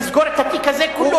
לסגור את התיק הזה כולו.